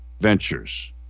ventures